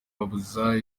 abuza